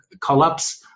collapse